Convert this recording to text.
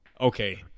okay